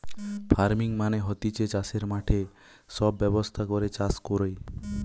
farming মানে হতিছে চাষের মাঠে সব ব্যবস্থা করে চাষ কোরে